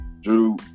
Drew